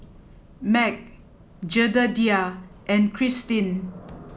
Meg Jedediah and Kristyn